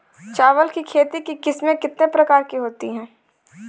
चावल की खेती की किस्में कितने प्रकार की होती हैं?